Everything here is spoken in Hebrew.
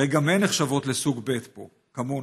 הרי גם הן נחשבות לסוג ב' פה, כמוני.